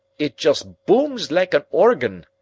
it just booms like an organ.